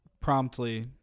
promptly